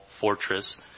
fortress